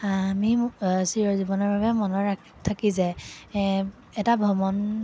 আ আমি আ চিৰজীৱনৰ বাবে মনত ৰাখি থাকি যায় এ এটা ভ্ৰমণ